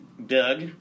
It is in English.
Doug